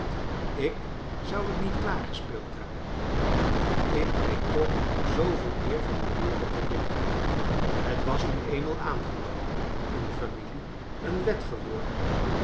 ik zou het niet klaar gespeeld hebben en ik weet toch zooveel meer van de wereld dan jij het was nu eenmaal aangenomen in de familie een wet geworden